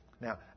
Now